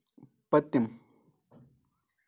پٔتِم